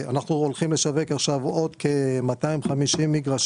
אנחנו הולכים לשווק עכשיו עוד כ-250 מגרשים,